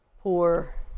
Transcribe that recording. poor